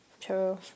true